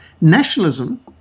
nationalism